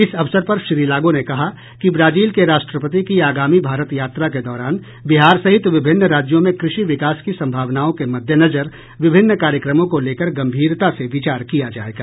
इस अवसर पर श्री लागो ने कहा कि ब्राजील के राष्ट्रपति की आगामी भारत यात्रा के दौरान बिहार सहित विभिन्न राज्यों में कृषि विकास की सम्भावनाओं के मद्देनजर विभिन्न कार्यक्रमों को लेकर गम्भीरता से विचार किया जायेगा